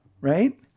right